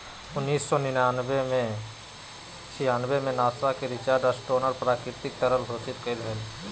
उन्नीस सौ छियानबे में नासा के रिचर्ड स्टोनर प्राकृतिक तरल घोषित कइलके हल